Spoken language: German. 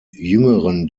jüngeren